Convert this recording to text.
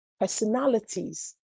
personalities